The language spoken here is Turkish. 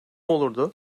olurdu